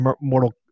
mortal